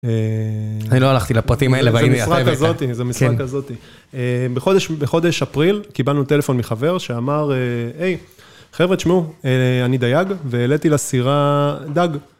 אני לא הלכתי לפרטים האלה, זה משרה כזאתי, זה משרה כזאתי. בחודש אפריל, קיבלנו טלפון מחבר שאמר, היי, חבר'ה, תשמעו, אני דייג, ועליתי לסירה דג.